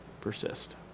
persist